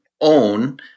own